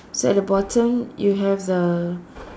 so at the bottom you have the